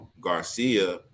Garcia